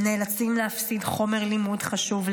הם נאלצים להפסיד חומר לימוד חשוב,